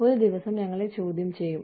ഒരു ദിവസം ഞങ്ങളെ ചോദ്യം ചെയ്യും